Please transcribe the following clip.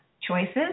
Choices